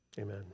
Amen